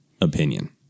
opinion